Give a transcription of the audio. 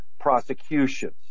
prosecutions